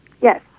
Yes